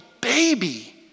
baby